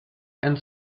and